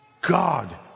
God